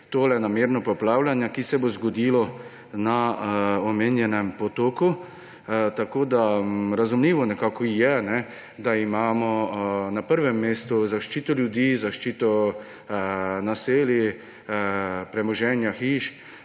tole namerno poplavljanje, ki se bo zgodilo na omenjenem potoku. Nekako je razumljivo, da imamo na prvem mestu zaščito ljudi, zaščito naselij, premoženja, hiš,